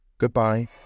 Goodbye